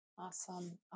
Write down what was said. Awesome